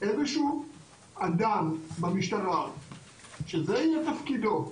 לחפש איזשהו אדם במשטרה שזה יהיה תפקידו,